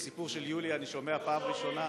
את הסיפור של יוליה מלינובסקי אני שומע בפעם ראשונה